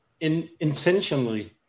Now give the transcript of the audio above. intentionally